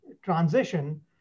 transition